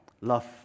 love